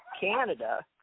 Canada